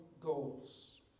goals